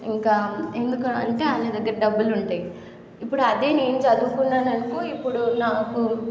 ఇంకా ఎందుకంటే ఆయన దగ్గర డబ్బులు ఉంటాయి ఇప్పుడు అదే నేను చదువుకున్నాను అనుకో ఇప్పుడు నాకు